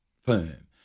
firm